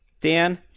Dan